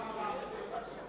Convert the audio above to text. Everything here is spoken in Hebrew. תודה רבה.